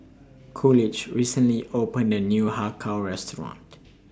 Coolidge recently opened A New Har Kow Restaurant